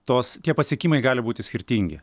tos tie pasiekimai gali būti skirtingi